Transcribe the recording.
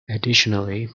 additionally